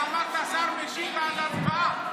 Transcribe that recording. אבל אמרת שהשר משיב ואז הצבעה.